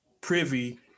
privy